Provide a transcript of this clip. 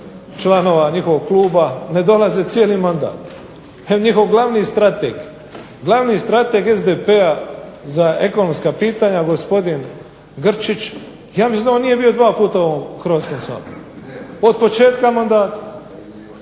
članova njihovog kluba ne dolaze cijeli mandat. Njihov glavni strateg SDP-a za ekonomska pitanja gospodin Grčić ja mislim da on nije bio dva puta u ovom Hrvatskom saboru od početka mandata.